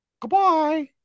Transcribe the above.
Goodbye